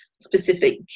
specific